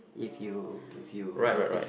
if you if you notice